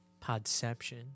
Podception